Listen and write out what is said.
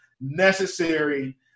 necessary